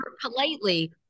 politely